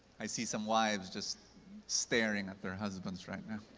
i see some wives just staring at their husbands right now.